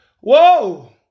Whoa